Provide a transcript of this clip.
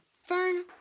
fern,